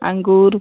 अँगूर